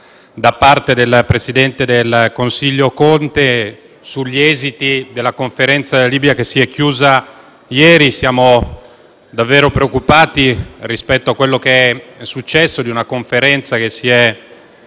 da parte del presidente del Consiglio Conte sugli esiti della Conferenza sulla Libia che si è chiusa ieri. Siamo davvero preoccupati per quanto è successo: la Conferenza si è